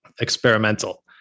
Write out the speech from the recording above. experimental